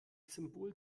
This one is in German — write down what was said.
symbol